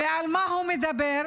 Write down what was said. ועל מה הוא מדבר?